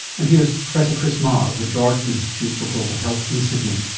and here's professor chris maher of the george institute for global health in sydney.